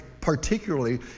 particularly